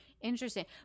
Interesting